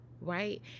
right